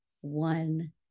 one